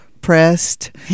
pressed